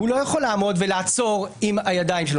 הוא לא יכול לעמוד ולעצור עם הידיים שלו.